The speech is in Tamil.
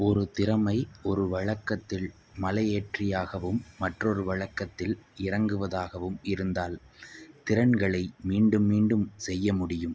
ஒரு திறமை ஒரு வழக்கத்தில் மலையேற்றியாகவும் மற்றொரு வழக்கத்தில் இறங்குவதாகவும் இருந்தால் திறன்களை மீண்டும் மீண்டும் செய்ய முடியும்